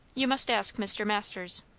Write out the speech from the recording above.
you must ask mr. masters.